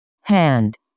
hand